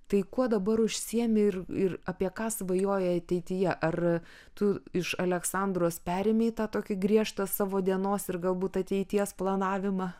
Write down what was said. tai kuo dabar užsiimi ir ir apie ką svajoji ateityje ar tu iš aleksandros perėmei tą tokį griežtą savo dienos ir galbūt ateities planavimą